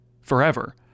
forever